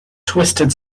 twisted